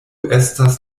estas